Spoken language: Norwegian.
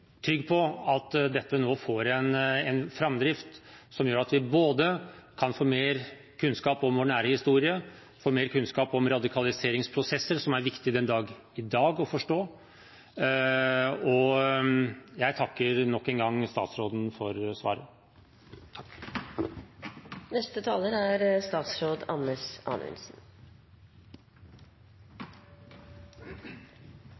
trygg på at dette nå får en framdrift som gjør at vi både kan få mer kunnskap om vår nære historie og få mer kunnskap om radikaliseringsprosesser – som er viktig å forstå den dag i dag. Jeg takker nok en gang statsråden for svaret.